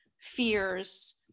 fears